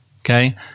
okay